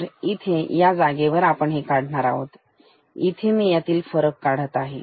तर इथे या जागेवर आपण हे काढणार आहोत इथे मी याच्यातील फरक काढत आहे